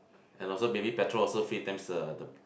and also maybe petrol also three times uh the